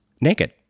naked